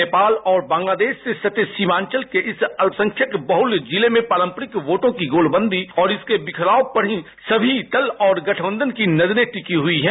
नेपाल और बांग्लादेश से सटे सीमांचल के इस अल्पसंख्यक बहुल जिले में पारंपरिक वोटो की गोलबंदी और इसके बिखराव पर ही समी दल और गठबंधन की नजरें टिकी है